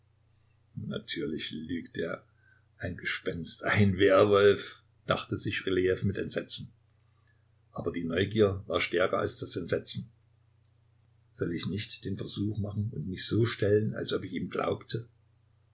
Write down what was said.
natürlich lügt er ein gespenst ein werwolf dachte sich rylejew mit entsetzen aber die neugier war stärker als das entsetzen soll ich nicht den versuch machen und mich so stellen als ob ich ihm glaubte